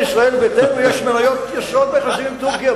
משום שלמפלגת ישראל ביתנו יש מניות יסוד ביחסים עם טורקיה,